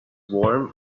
warm